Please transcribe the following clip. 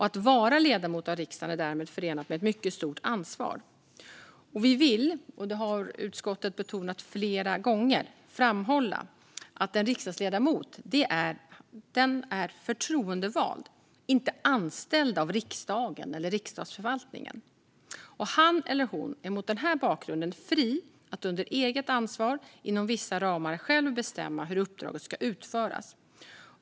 Att vara ledamot av riksdagen är därmed förenat med ett mycket stort ansvar. Vi vill framhålla - och detta har utskottet betonat flera gånger - att en riksdagsledamot är förtroendevald, inte anställd av riksdagen eller Riksdagsförvaltningen. Han eller hon är mot den bakgrunden fri att under eget ansvar och inom vissa ramar själv bestämma hur uppdraget ska utföras.